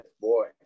boy